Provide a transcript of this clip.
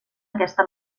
aquesta